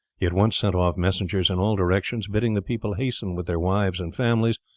he at once sent off messengers in all directions, bidding the people hasten with their wives and families,